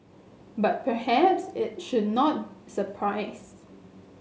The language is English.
but perhaps it should not surprise